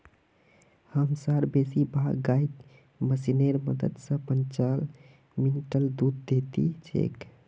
हमसार बेसी भाग गाय मशीनेर मदद स पांच मिनटत दूध दे दी छेक